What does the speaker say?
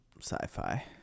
sci-fi